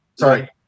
sorry